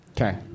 Okay